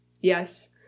Yes